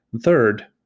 Third